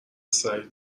سعید